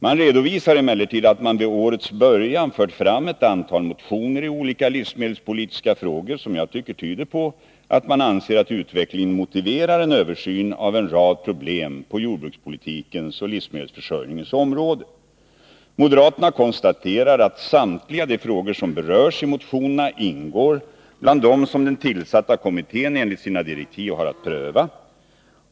De redovisar emellertid att de vid årets början väckt ett antal motioner i olika livsmedelspolitiska frågor, vilket jag tycker tyder på att de anser att utvecklingen motiverar en översyn av en rad problem på jordbrukspolitikens och livsmedelsförsörjningens område. Moderaterna konstaterar att samtliga de frågor som berörs i motionerna ingår bland dem som den tillsatta kommittén enligt sina direktiv har att pröva.